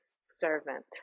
servant